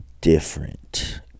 different